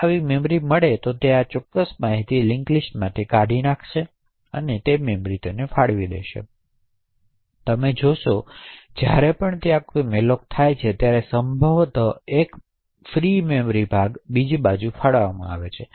જો આવી મેમરી મળી આવે તો તે ચોક્કસ માહિતી આ લિંક લિસ્ટમાંથી કાઢી નાખવામાં આવે છે અને તે મેમરી માટે ફાળવવામાં આવે છે તેથી તમે જોશો કે જ્યારે પણ ત્યાં કોઈ malloc થાય છે ત્યારે સંભવ છે કે એક ફ્રી મેમરી ભાગ બીજી બાજુ ફાળવવામાં આવે છે